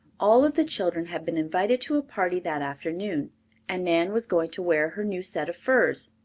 all of the children had been invited to a party that afternoon and nan was going to wear her new set of furs.